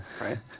Right